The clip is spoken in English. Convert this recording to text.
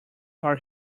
are